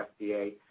FDA